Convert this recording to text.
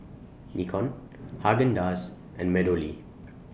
Nikon Haagen Dazs and Meadowlea